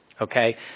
Okay